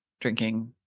drinking